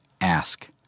ask